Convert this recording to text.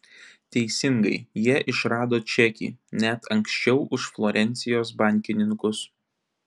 teisingai jie išrado čekį net anksčiau už florencijos bankininkus